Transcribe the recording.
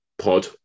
Pod